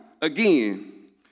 again